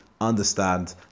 understand